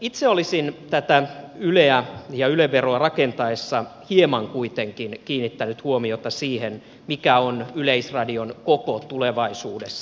itse olisin yleä ja yle veroa rakennettaessa hieman kuitenkin kiinnittänyt huomiota siihen mikä on yleisradion koko tulevaisuudessa